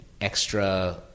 extra